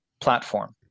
platform